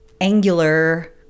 angular